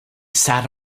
sat